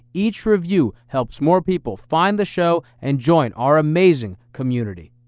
each review helps more people find the show and join our amazing community.